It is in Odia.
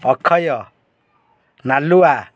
ଅକ୍ଷୟ ନାଲୁଆ